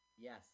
Yes